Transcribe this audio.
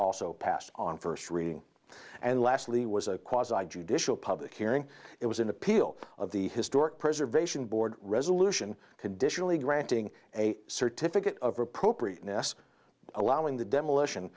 also passed on first reading and lastly was a judicial public hearing it was an appeal of the historic preservation board resolution conditionally granting a certificate of appropriateness allowing the demolition